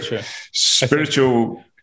spiritual